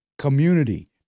community